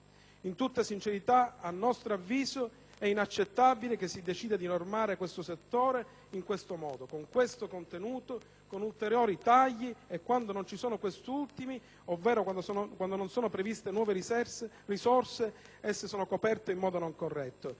in tutta sincerità è inaccettabile che si decida di normare questo settore in questo modo! Con questo contenuto e con ulteriori tagli e, quando non ci sono quest'ultimi, ovvero quando son previste nuove risorse, esse sono coperte in modo non corretto,